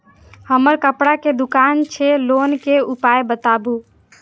हमर कपड़ा के दुकान छै लोन के उपाय बताबू?